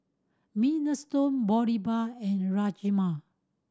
Minestrone Boribap and Rajma